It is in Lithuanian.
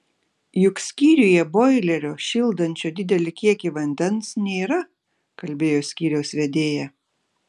juk skyriuje boilerio šildančio didelį kiekį vandens nėra kalbėjo skyriaus vedėja